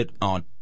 on